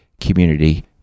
community